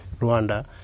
Rwanda